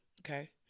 Okay